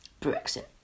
Brexit